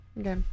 Okay